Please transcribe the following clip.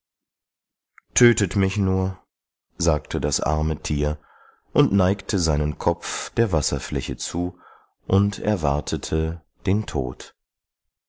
tötet mich nur sagte das arme tier und neigte seinen kopf der wasserfläche zu und erwartete den tod